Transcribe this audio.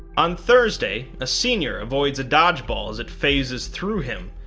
on thursday, a senior avoids a dodgeball as it phases through him,